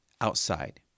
outside